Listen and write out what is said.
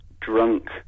drunk